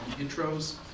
intros